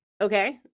Okay